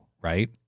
right